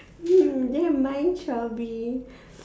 then mine shall be